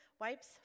wipes